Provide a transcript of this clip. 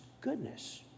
goodness